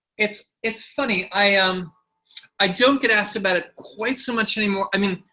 it's it's funny. i um i don't get asked about it quite so much anymore. i mean,